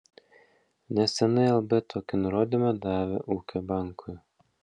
neseniai lb tokį nurodymą davė ūkio bankui